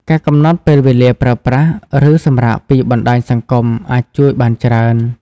ការកំណត់ពេលវេលាប្រើប្រាស់ ឬសម្រាកពីបណ្តាញសង្គមអាចជួយបានច្រើន។